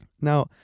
Now